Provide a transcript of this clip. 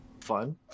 fun